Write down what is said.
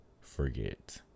forget